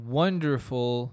wonderful